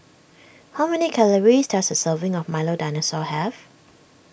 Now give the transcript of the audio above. how many calories does a serving of Milo Dinosaur have